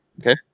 Okay